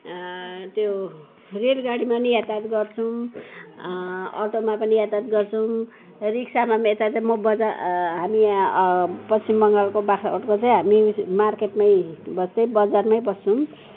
त्यो रेलगाडीमा पनि यातायात गर्छौँ अटोमा पनि यातायात गर्छौँ रिक्सामा पनि यातायात म बजा हामी यहाँ पश्चिम बङ्गालको बाख्राकोटको चाहिँ हामी मार्केटमै बस् त्यही बजारमै बस्छौँ